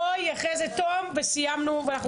נוי, תום ולאחר